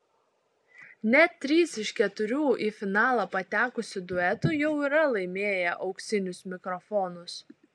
net trys iš keturių į finalą patekusių duetų jau yra laimėję auksinius mikrofonus